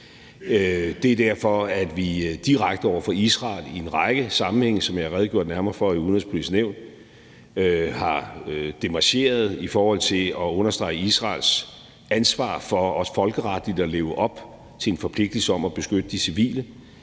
Det er derfor, vi direkte over for Israel i en række sammenhænge, som jeg har redegjort nærmere for i Det Udenrigspolitiske Nævn, har demarcheret i forhold til at understrege Israels ansvar for også folkeretligt at leve op til en forpligtigelse om at beskytte de civile.